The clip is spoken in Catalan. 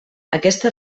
aquesta